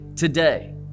today